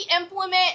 implement